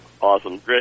awesome